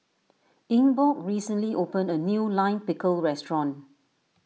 Ingeborg recently opened a new Lime Pickle restaurant